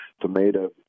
tomato